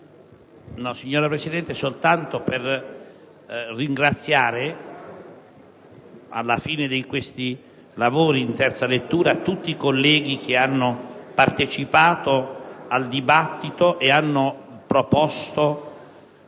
Signora Presidente, intervengo soltanto per ringraziare, alla fine di questi lavori in terza lettura, tutti i colleghi che hanno partecipato al dibattito e che hanno proposto,